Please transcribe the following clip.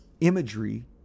imagery